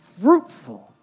fruitful